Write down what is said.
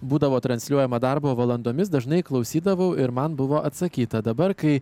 būdavo transliuojama darbo valandomis dažnai klausydavau ir man buvo atsakyta dabar kai